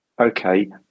okay